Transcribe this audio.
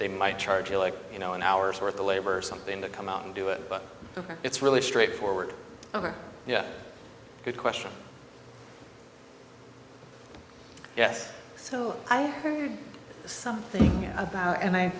they might charge you like you know an hour's worth of labor something to come out and do it but it's really straightforward yeah good question yes so i heard something about and i